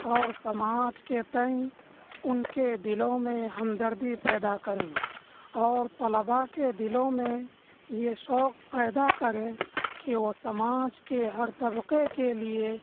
اور سماج کے تئیں ان کے دلوں میں ہمدردی پیدا کریں اور طلباء کے دلوں میں یہ شوق پیدا کریں کہ وہ سماج کے ہر طبقہ کے لیے